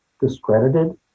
discredited